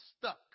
stuck